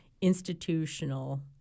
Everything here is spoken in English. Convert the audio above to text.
institutional